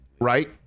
right